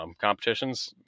competitions